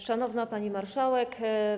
Szanowna Pani Marszałek!